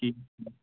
ٹھیٖک